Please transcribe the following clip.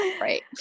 right